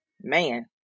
man